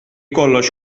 kollox